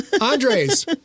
Andres